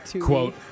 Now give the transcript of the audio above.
quote